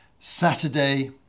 Saturday